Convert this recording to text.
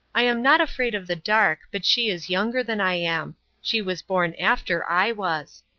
i am not afraid of the dark, but she is younger than i am she was born after i was.